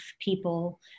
people